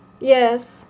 Yes